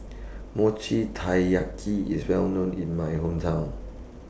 Mochi Taiyaki IS Well known in My Hometown